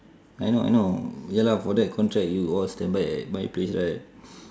I know I know ya lah for that contract you all standby at my place right